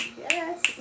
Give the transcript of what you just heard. yes